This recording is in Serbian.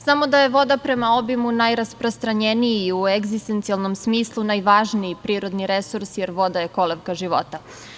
Znamo da je voda prema obimu najrasprostranjeniji u egzistencijalnom smislu i najvažniji prirodni resurs, jer voda je kolevka života.